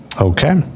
Okay